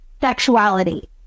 sexuality